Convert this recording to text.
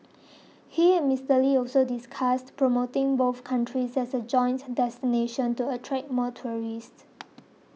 he and Mister Lee also discussed promoting both countries as a joint destination to attract more tourists